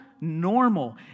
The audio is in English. normal